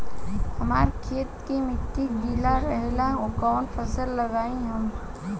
हमरा खेत के मिट्टी गीला रहेला कवन फसल लगाई हम?